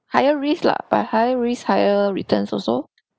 higher risk lah but higher risk higher returns also